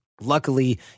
luckily